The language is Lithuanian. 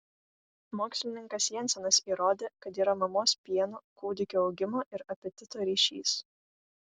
mokslininkas jensenas įrodė kad yra mamos pieno kūdikio augimo ir apetito ryšys